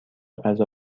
غذا